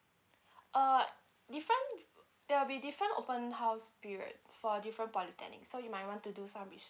uh different there will be different open house period for different polytechnic so you might want to do some